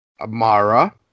Amara